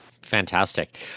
Fantastic